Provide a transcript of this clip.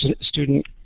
student